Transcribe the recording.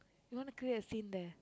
you wanna create a scene there